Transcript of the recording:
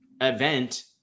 event